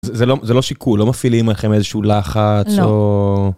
זה לא זה לא שיקול, לא מפעילים עליכם איזשהו לחץ.לא